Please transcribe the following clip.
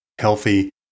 healthy